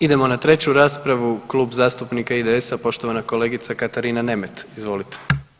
Idemo na 3. raspravu, Klub zastupnika IDS-a, poštovana kolegica Katarina Nemet, izvolite.